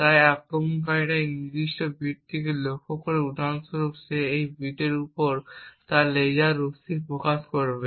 এবং তাই আক্রমণকারী এই নির্দিষ্ট বিটটিকে লক্ষ্য করে উদাহরণ স্বরূপ সে এই বিটের উপর তার লেজার রশ্মি ফোকাস করবে